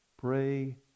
Pray